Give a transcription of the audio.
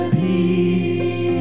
peace